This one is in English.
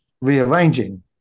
rearranging